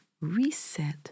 reset